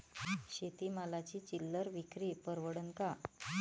शेती मालाची चिल्लर विक्री परवडन का?